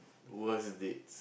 worst date